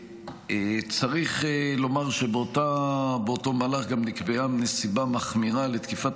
צריך לומר שבאותו מהלך גם נקבעה נסיבה מחמירה לתקיפת